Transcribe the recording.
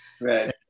Right